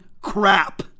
crap